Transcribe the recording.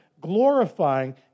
glorifying